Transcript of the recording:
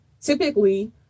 Typically